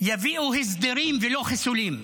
יביאו הסדרים ולא חיסולים.